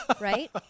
Right